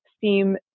seem